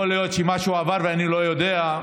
יכול להיות שמשהו עבר ואני לא יודע,